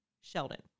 Sheldon